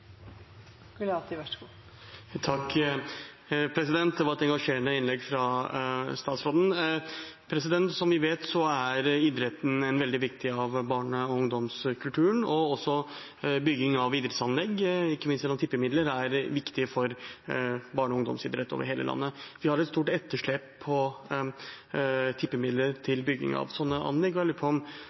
idretten en veldig viktig del av barne- og ungdomskulturen. Også bygging av idrettsanlegg, ikke minst gjennom tippemidler, er viktig for barne- og ungdomsidrett over alle landet. Vi har et stort etterslep på tippemidler til bygging av sånne